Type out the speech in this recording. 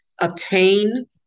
obtain